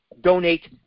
donate